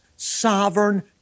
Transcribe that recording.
sovereign